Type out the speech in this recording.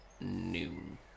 Noon